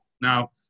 Now